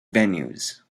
venues